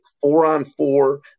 four-on-four